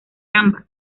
ambas